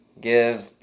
Give